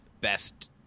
best